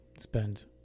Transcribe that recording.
spend